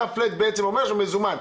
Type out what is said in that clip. זה ה"פלאט" שאומר שזה מזומן.